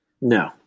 No